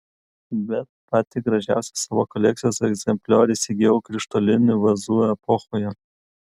bet patį gražiausią savo kolekcijos egzempliorių įsigijau krištolinių vazų epochoje